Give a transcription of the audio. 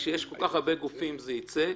כשיש כל כך הרבה גופים זה יצא.